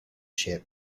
ship